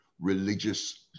religious